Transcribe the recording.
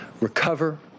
recover